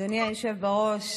אדוני היושב בראש,